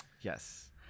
Yes